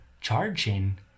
charging